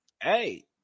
Hey